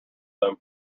them